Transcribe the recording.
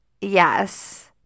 Yes